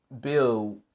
bill